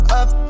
up